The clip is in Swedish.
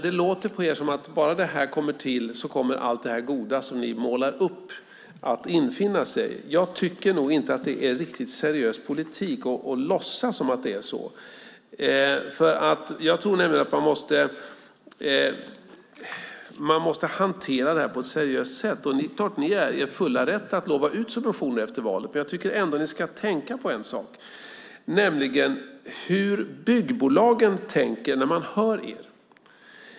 Det låter på er som att bara det kommer till så kommer allt det goda som ni målar upp att infinna sig. Jag tycker nog inte att det är riktigt seriös politik att låtsas som om det är så. Jag tror nämligen att man måste hantera detta på ett seriöst sätt. Ni är i er fulla rätt att lova ut subventioner inför valet. Men jag tycker ändå att ni ska tänka på en sak, nämligen hur byggbolagen tänker när de hör er.